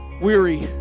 weary